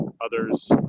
Others